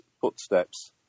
footsteps